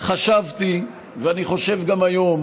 חשבתי ואני חושב גם היום